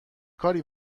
کاری